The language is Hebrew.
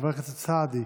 חבר הכנסת סעדי,